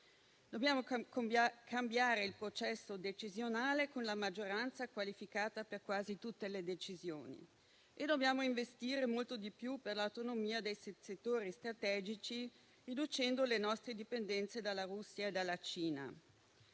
Dobbiamo cambiare il processo decisionale con la maggioranza qualificata per quasi tutte le decisioni e dobbiamo investire molto di più per l'autonomia dei settori strategici, riducendo le nostre dipendenze dalla Russia e dalla Cina.